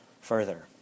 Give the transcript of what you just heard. further